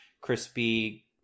crispy